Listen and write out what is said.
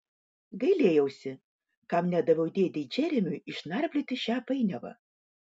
gailėjausi kam nedaviau dėdei džeremiui išnarplioti šią painiavą